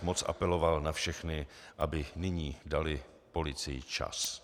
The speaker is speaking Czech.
Moc bych apeloval na všechny, aby nyní dali policii čas.